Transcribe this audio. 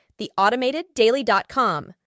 theautomateddaily.com